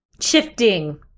Shifting